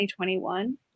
2021